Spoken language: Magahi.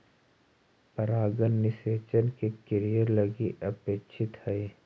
परागण निषेचन के क्रिया लगी अपेक्षित हइ